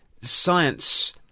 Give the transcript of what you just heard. science